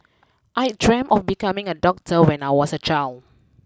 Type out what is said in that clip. I dreamt of becoming a doctor when I was a child